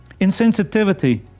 Insensitivity